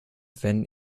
wenn